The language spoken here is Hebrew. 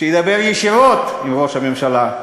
שידבר ישירות עם ראש הממשלה.